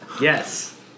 Yes